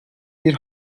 bir